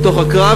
לתוך הקרב,